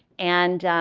and